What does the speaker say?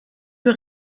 für